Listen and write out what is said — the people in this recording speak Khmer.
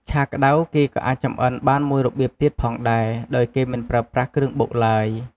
ឆាក្តៅគេក៏អាចចម្អិនបានមួយរបៀបទៀតផងដែរដោយគេមិនប្រើប្រាស់គ្រឿងបុកឡើយ។